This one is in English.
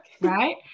Right